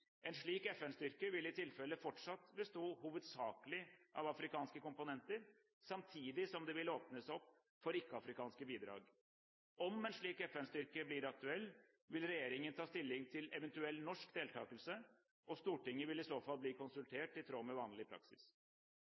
En slik FN-styrke vil i tilfelle fortsatt bestå hovedsakelig av afrikanske komponenter, samtidig som det vil åpnes opp for ikke-afrikanske bidrag. Om en slik FN-styrke blir aktuell, vil regjeringen ta stilling til eventuell norsk deltakelse, og Stortinget vil i så fall bli konsultert i tråd med vanlig praksis.